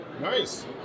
nice